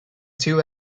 two